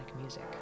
music